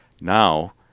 Now